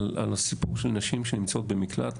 על הסיפור של נשים שנמצאות במקלט,